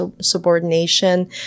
subordination